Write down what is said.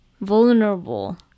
Vulnerable